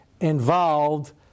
involved